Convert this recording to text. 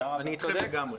אני אתכם לגמרי.